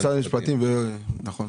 אני משרד המשפטים, רפרנטית מיסים.